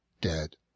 dead